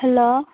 hello